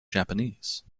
japanese